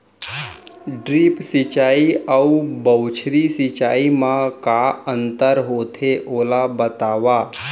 Drip सिंचाई अऊ बौछारी सिंचाई मा का अंतर होथे, ओला बतावव?